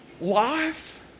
life